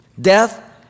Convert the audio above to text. death